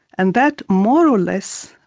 and that more or less,